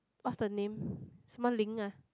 what's the name 什么 Ling ah